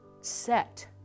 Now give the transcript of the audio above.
set